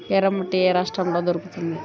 ఎర్రమట్టి ఏ రాష్ట్రంలో దొరుకుతుంది?